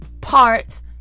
parts